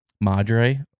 Madre